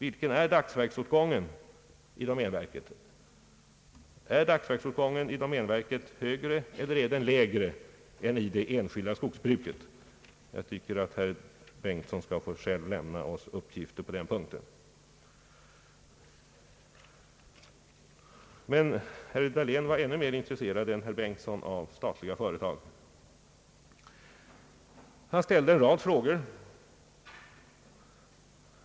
Han borde ta reda på om dagsverksåtgången är högre eller lägre än inom det enskilda skogsbruket. Herr Bengtson bör själv lämna oss uppgifter på den punkten. Herr Dahlén var dock ännu mer intresserad av statliga företag än herr Bengtson. Herr Dahlén ställde en rad frågor.